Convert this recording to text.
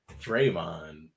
Draymond